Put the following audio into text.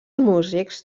músics